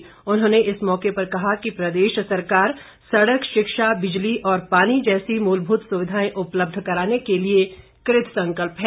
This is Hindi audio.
कपूर ने इस मौके पर कहा कि प्रदेश सरकार सड़क शिक्षा बिजली और पानी जैसी मूलभूत सुविधाएं उपलब्ध कराने के लिए कृतसंकल्प है